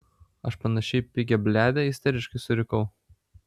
aš panaši į pigią bliadę isteriškai surikau